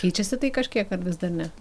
keičiasi tai kažkiek ar vis dar ne